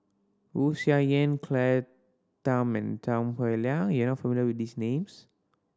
Wu Tsai Yen Claire Tham and Tan Howe Liang you are familiar with these names